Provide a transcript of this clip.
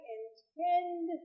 intend